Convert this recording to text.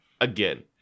Again